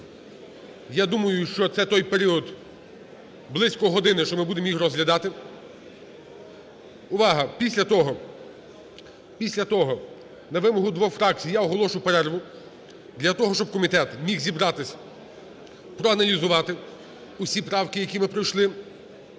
Я думаю, що це той період, близько години, що ми будемо їх розглядати. Увага! Після того, після того, на вимогу двох фракцій я оголошу перерву для того, щоб комітет міг зібратись, проаналізувати усі правки, які ми пройшли.